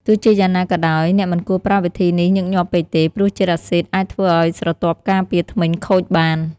ទោះជាយ៉ាងណាក៏ដោយ អ្នកមិនគួរប្រើវិធីនេះញឹកញាប់ពេកទេ ព្រោះជាតិអាស៊ីដអាចធ្វើឲ្យស្រទាប់ការពារធ្មេញខូចបាន។